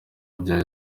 bya